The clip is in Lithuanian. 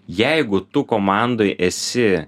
jeigu tu komandoj esi